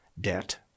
debt